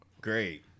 great